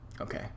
okay